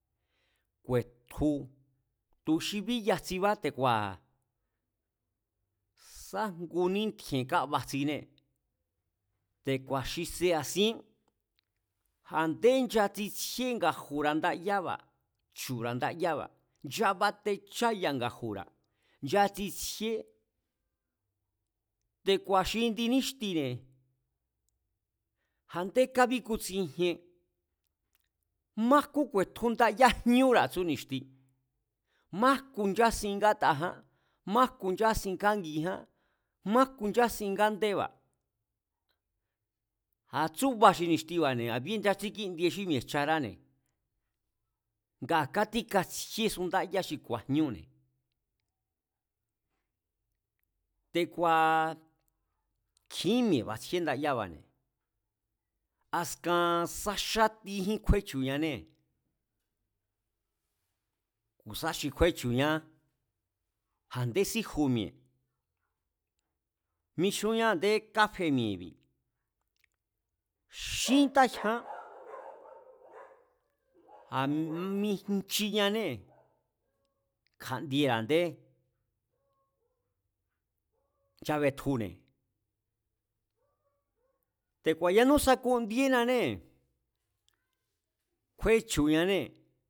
Ku̱e̱tju tu̱ xi bíya jtsibá kua̱ sa ngu nítji̱e̱ kaba jtsinée̱ te̱ku̱a̱ xi sea̱si̱e̱n, a̱nde nchatsitjíe nga̱ju̱ra̱ ndayába,̱ chu̱ra̱ ndayaba̱, nchabatecháya nga̱ju̱ra̱, nchatsitsjíé, te̱ku̱a̱ xi indi níxtine̱, jande kábíkutsijien, májkú ku̱e̱tju ndayá jñúra̱ tsú ni̱xti, majku nchásin ngátaján, májku nchásin kángiján, májku nchásin ngándeba̱, a̱ tsúba xi ni̱xtiba̱ne̱ a̱beni nchatsíkíndie xí mi̱e̱jcharáne̱, ngaa̱ katíkatsjíesu ndáyá xi ku̱a̱jñúne̱. Te̱kua̱ nkjín mi̱e̱ batjíe xi ndáyába̱ne̱ askan sa xátíjín kjúechu̱ñanée̱, ku̱ sa xi kjúéchu̱ñá a̱ndé síju mi̱e̱ mixúnña a̱nde kafe mi̱e̱i̱bi̱, xín tákjiaán, a̱ mijnchiñanée̱ kjandiera̱ a̱ndé nchabetjune̱, te̱ku̱a̱ yanú sakundíenanée̱, kjúéchu̱ñanée̱